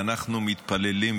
ואנחנו מתפללים,